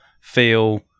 feel